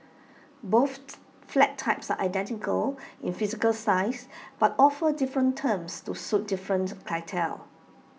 both flat types are identical in physical size but offer different terms to suit different clientele